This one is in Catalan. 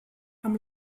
amb